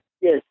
Yes